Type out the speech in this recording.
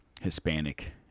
Hispanic